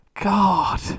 God